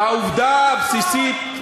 העובדה הבסיסית,